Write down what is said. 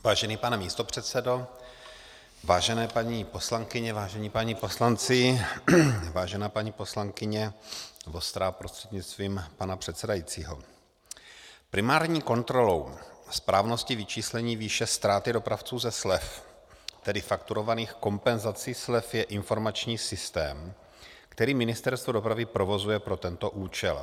Vážený pane místopředsedo, vážené paní poslankyně, vážení páni poslanci, vážená paní poslankyně Vostrá prostřednictvím pana předsedajícího, primární kontrolou správnosti vyčíslení výše ztráty dopravců ze slev, tedy fakturovaných kompenzací slev, je informační systém, který Ministerstvo dopravy provozuje pro tento účel.